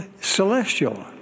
celestial